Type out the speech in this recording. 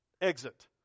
exit